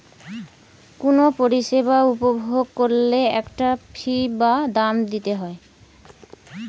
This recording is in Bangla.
কুনো পরিষেবা উপভোগ কোরলে একটা ফী বা দাম দিতে হই